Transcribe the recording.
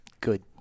good